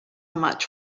much